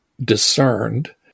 discerned